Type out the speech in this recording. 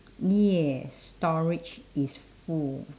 yes storage is full